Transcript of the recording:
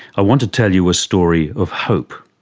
i want to tell you a story of hope.